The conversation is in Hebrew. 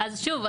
אז שוב,